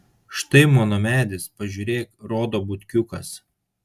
štai mano medis pažiūrėk rodo butkiukas